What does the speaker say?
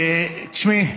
תשמעי,